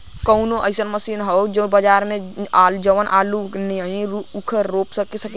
कवनो अइसन मशीन ह बजार में जवन आलू नियनही ऊख रोप सके?